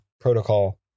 protocol